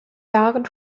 jahren